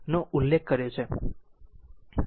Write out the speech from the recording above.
નો ઉલ્લેખ કર્યો છે